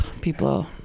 people